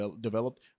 developed